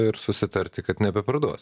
ir susitarti kad nebeparduos